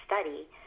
study